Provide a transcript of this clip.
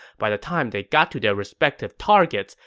by the time they got to their respective targets,